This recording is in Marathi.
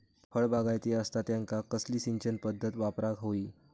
फळबागायती असता त्यांका कसली सिंचन पदधत वापराक होई?